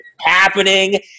happening